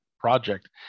project